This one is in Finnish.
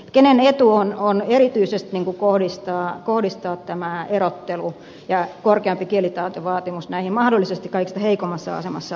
kenen etu on kohdistaa tämä erottelu ja korkeampi kielitaitovaatimus erityisesti näihin mahdollisesti kaikista heikoimmassa asemassa oleviin